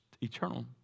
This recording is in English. eternal